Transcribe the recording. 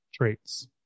traits